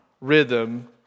rhythm